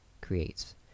creates